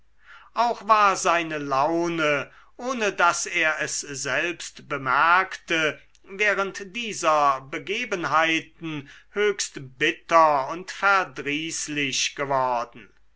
auch war seine laune ohne daß er es selbst bemerkte während dieser begebenheiten höchst bitter und verdrießlich geworden